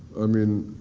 i mean,